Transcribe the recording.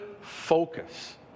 focus